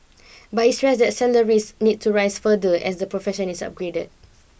but he stressed that salaries need to rise further as the profession is upgraded